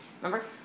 Remember